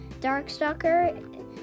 Darkstalker